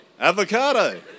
avocado